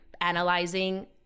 analyzing